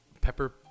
Pepper